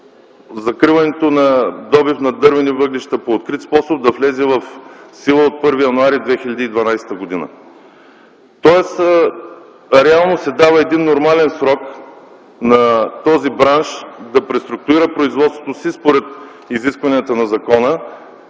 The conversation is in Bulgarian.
закриването на добива на дървени въглища по открит способ да влезе в сила от 1 януари 2012 г. Тоест реално се дава един нормален срок на този бранш да преструктурира производството си според изискванията на закона.